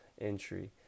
entry